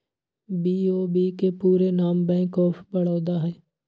BOB के पूरे नाम बैंक ऑफ बड़ौदा हइ